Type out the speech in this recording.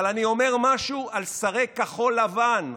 אבל אני אומר משהו על שרי כחול לבן: